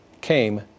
came